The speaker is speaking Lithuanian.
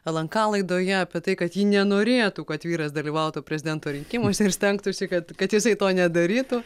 lnk laidoje apie tai kad ji nenorėtų kad vyras dalyvautų prezidento rinkimuose ir stengtųsi kad kad jisai to nedarytų